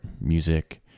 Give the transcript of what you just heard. music